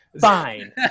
Fine